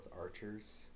archers